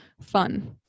fun